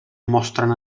mostren